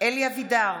אלי אבידר,